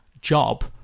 job